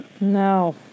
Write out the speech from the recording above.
No